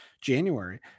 January